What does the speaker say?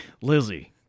Lizzie